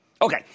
Okay